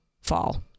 fall